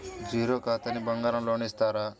Zero ఖాతాకి బంగారం loan ఇస్తారా?